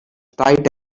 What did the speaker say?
tight